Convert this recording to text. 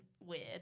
weird